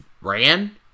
ran